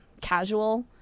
Casual